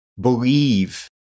believe